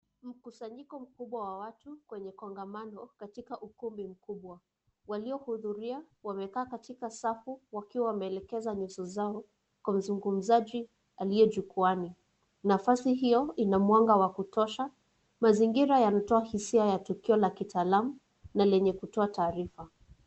Mkusanyiko mkubwa wa watu kwenye kongamano katika ukumbi mkubwa, waliohudhuria wamekaa katika safu wakiwa wameelekeza nyuso zao kwa msungumzaji aliye jukwaani, nafasi hio ina mwanga wa kutosha, mazingira yanatoa hisia ya tukio la kitaalamu na lenye kutoa taarifa.